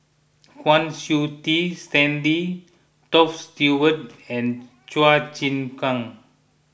Kwa Siew Tee Stanley Toft Stewart and Chua Chim Kang